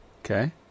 Okay